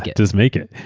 just make it.